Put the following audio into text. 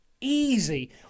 easy